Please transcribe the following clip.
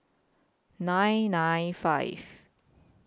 nine nine five